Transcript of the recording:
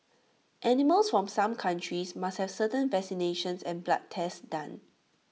animals from some countries must have certain vaccinations and blood tests done